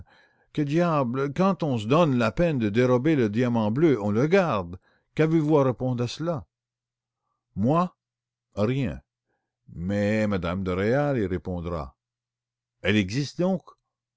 que diable quand on se donne la peine de dérober le diamant bleu on le garde qu'avez-vous à répondre à cela